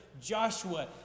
Joshua